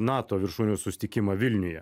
nato viršūnių susitikimą vilniuje